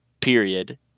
period